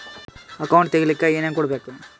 Account ತೆಗಿಲಿಕ್ಕೆ ಏನೇನು ಕೊಡಬೇಕು?